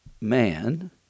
man